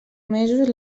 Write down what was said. mesos